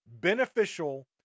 beneficial